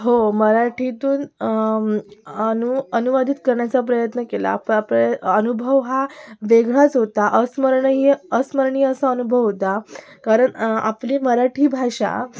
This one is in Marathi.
हो मराठीतून अनु अनुवादित करण्याचा प्रयत्न केला प प्रे अनुभव हा वेगळाच होता अस्मरणयीय अस्मरणीय असा अनुभव होता कारण आपली मराठी भाषा